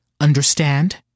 Understand